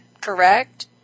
correct